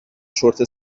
چرت